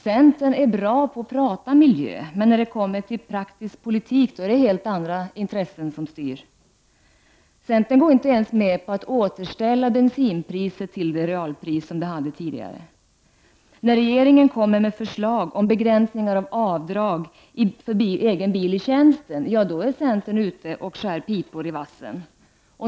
Centern är bra på att prata miljö, men när det kommer till praktisk politik är det helt andra intressen som styr. Centern går inte ens med på att återställa bensinpriset till den reala prisnivå som det tidigare låg på. När regeringen kommer med förslag om begränsning av avdrag för egen bil i tjänsten, då är centern ute och skär pipor i vassen.